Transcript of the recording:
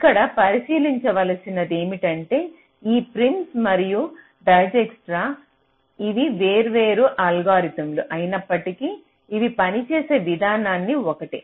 ఇక్కడ పరిశీలించవలసిన దేమిటంటే ఈ ప్రిమ్స్ మరియు డైజ్క్స్ట్రా అవి వేర్వేరు అల్గోరిథంలు అయినప్పటి కీ అవి పనిచేసే విధానం ఒకటే